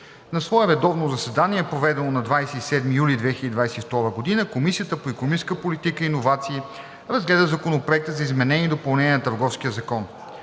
На свое редовно заседание, проведено на 27 юли 2022 г., Комисията по икономическа политика и иновации разгледа Законопроекта за изменение и допълнение на Търговския закон.